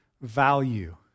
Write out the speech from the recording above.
value